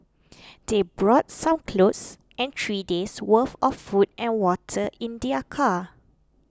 they brought some clothes and three days' worth of food and water in their car